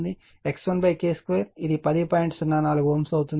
04 Ω అవుతుంది